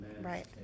Right